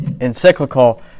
encyclical